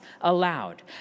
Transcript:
allowed